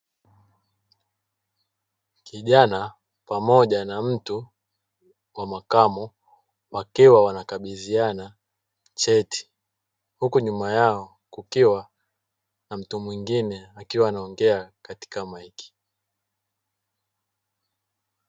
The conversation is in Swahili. Kijana pamoja na mtu wa makamo wakiwa wanakabidhiana cheti huku nyuma yao kukiwa na mtu mwingine akiwa anaongea katika maiki